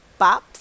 bops